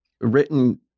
written